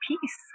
peace